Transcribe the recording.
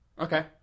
Okay